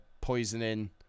poisoning